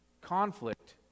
conflict